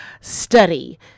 study